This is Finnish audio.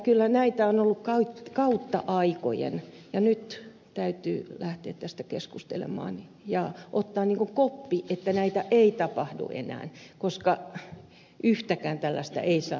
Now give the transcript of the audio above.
kyllä näitä on ollut kautta aikojen ja nyt täytyy lähteä tästä keskustelemaan ja ottaa niin kuin koppi että näitä ei tapahdu enää koska yhtäkään tällaista ei saa enää tapahtua